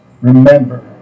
Remember